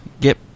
Get